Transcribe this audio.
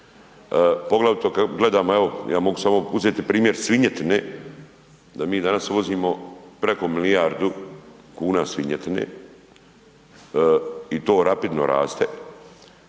gledamo evo ja mogu samo uzeti primjer svinjetine da mi danas uvozimo preko milijardu kuna svinjetine i to rapidno raste